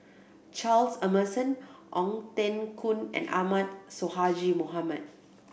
Charles Emmerson Ong Teng Koon and Ahmad Sonhadji Mohamad